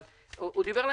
אבל הוא דיבר לעניין.